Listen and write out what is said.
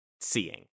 seeing